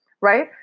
right